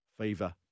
Fever